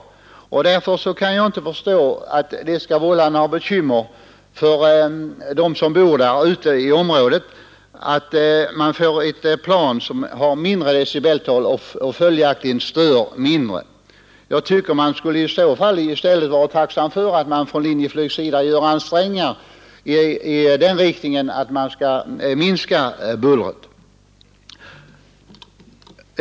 Jag kan därför inte förstå att det skulle vålla bekymmer för dem som bor i området om man får ett plan som har ett lägre decibeltal — och följaktligen stör mindre. I stället tycker jag att man skulle vara tacksam för att Linjeflyg gör ansträngningar att minska bullret.